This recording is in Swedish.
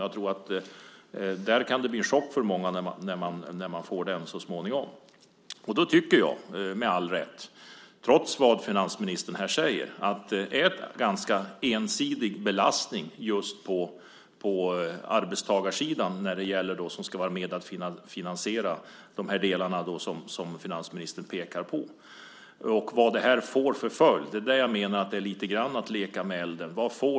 Jag tror att det där så småningom kan bli en chock för många. Därför tycker jag, med all rätt, att det - trots det som finansministern här säger - är en ganska ensidig belastning just på arbetstagarsidan när det gäller dem som ska vara med och finansiera de delar som finansministern pekar på. Vad får detta till följd? Ja, där menar jag att det lite grann är att leka med elden.